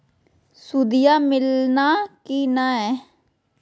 सुदिया मिलाना की नय?